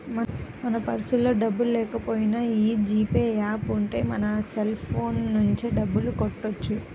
మన పర్సులో డబ్బుల్లేకపోయినా యీ జీ పే యాప్ ఉంటే మన సెల్ ఫోన్ నుంచే డబ్బులు కట్టొచ్చు